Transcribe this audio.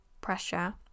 pressure